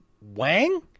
wang